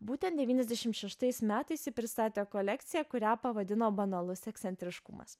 būtent devyniasdešimt šeštais metais ji pristatė kolekciją kurią pavadino banalus ekscentriškumas